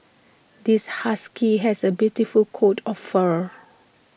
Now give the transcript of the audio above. this husky has A beautiful coat of fur